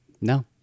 No